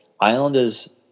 Islanders